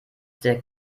der